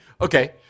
Okay